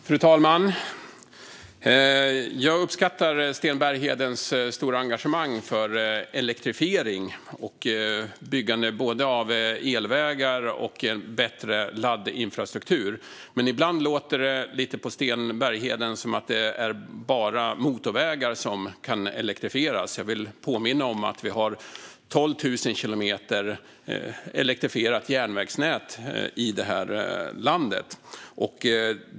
Fru talman! Jag uppskattar Sten Berghedens stora engagemang för elektrifiering och byggande av både elvägar och bättre laddinfrastruktur, men ibland låter det lite på honom som att det bara är motorvägar som kan elektrifieras. Jag vill påminna om att vi har 12 000 kilometer elektrifierat järnvägsnät i vårt land.